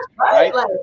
right